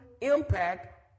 impact